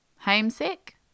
Homesick